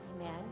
Amen